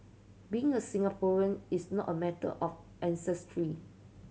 being a Singaporean is not a matter of ancestry